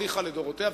לדורותיה,